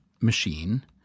machine-